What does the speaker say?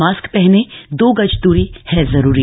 mask पहनें दो गज दूरी है जरूरी